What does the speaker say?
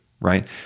right